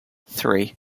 three